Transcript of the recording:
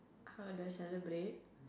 how do I celebrate